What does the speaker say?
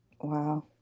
Wow